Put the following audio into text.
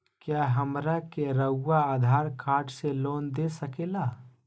क्या हमरा के रहुआ आधार कार्ड से लोन दे सकेला?